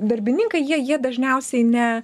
darbininkai jie jie dažniausiai ne